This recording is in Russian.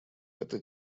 эта